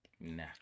Nah